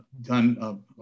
done